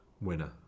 winner